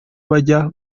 bajya